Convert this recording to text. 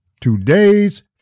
today's